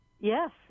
Yes